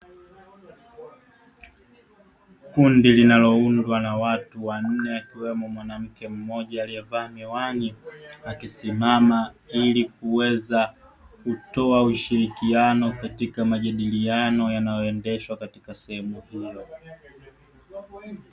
Kundi linaloundwa na watu wanne, akiwemo mwanamke mmoja aliyevaa miwani, akisimama ili kuweza kutoa ushirikiano katika majadiliano yanayoendeshwa katika sehemu hiyo.